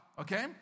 okay